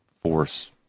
force